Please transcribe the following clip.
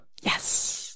Yes